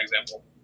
example